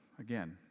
again